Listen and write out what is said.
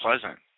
pleasant